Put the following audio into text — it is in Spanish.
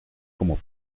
como